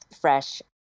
fresh